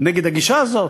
הגישה הזאת.